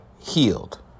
healed